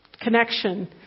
connection